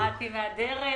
שמעתי מהדרך.